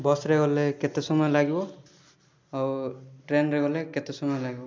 ବସ୍ରେ ଗଲେ କେତେ ସମୟରେ ଲାଗିବ ଆଉ ଟ୍ରେନ୍ରେ ଗଲେ କେତେ ସମୟ ଲାଗିବ